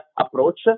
approach